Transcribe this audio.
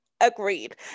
agreed